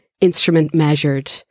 instrument-measured